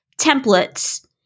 templates